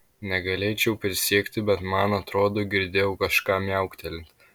negalėčiau prisiekti bet man atrodo girdėjau kažką miauktelint